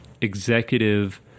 executive